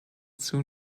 soon